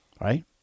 Right